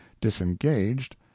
disengaged